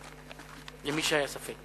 למי שהיה ספק.